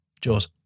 Jaws